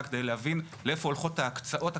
כדי להבין לאיפה הולכות ההקצאות הכספיות,